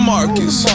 Marcus